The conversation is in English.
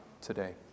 today